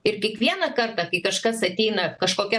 ir kiekvieną kartą kai kažkas ateina kažkokia